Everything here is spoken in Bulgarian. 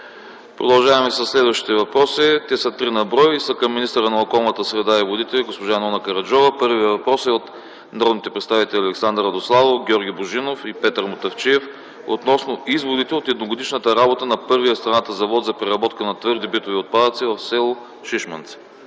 Продължаваме със следващите въпроси. Те са три на брой и са към министъра на околната среда и водите госпожа Нона Караджова. Първият въпрос е от народните представители Александър Радославов, Георги Божинов и Петър Мутафчиев относно изводите от едногодишната работа на първия в страната завод за преработка на твърди битови отпадъци в с. Шишманци.